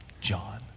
John